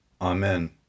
Amen